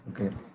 Okay